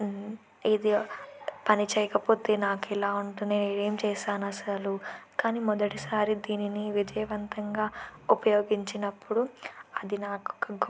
ఇది పని చెయ్యకపోతే నాకు ఎలా ఉంటు నేను ఏమి చేశాను అసలు కానీ మొదటిసారి దీనిని విజయవంతంగా ఉపయోగించినప్పుడు అది నాకు ఒక గొప్ప